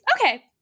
Okay